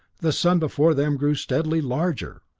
the sun before them grew steadily larger.